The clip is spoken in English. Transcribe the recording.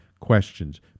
questions